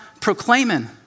proclaiming